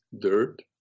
dirt